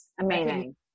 amazing